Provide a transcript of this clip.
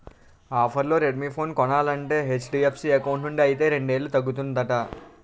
ఆఫర్లో Redmi phone కొనాలంటే HDFC account నుండి అయితే రెండేలు తగ్గుతుందట